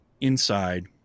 inside